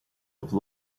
have